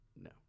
no